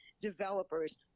developers